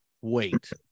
wait